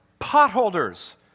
Potholders